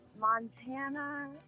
Montana